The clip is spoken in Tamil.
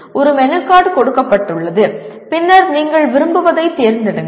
ஒரு மெனு கார்டு கொடுக்கப்பட்டுள்ளது பின்னர் நீங்கள் விரும்புவதைத் தேர்ந்தெடுங்கள்